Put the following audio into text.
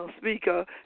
speaker